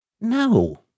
No